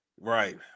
Right